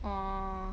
orh